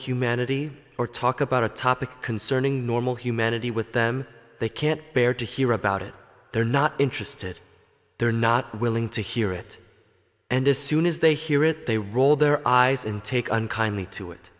humanity or talk about a topic concerning normal humanity with them they can't bear to hear about it they're not interested they're not willing to hear it and as soon as they hear it they roll their eyes and take unkindly to it